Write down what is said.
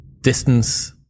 distance